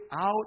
out